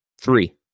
Three